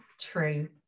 true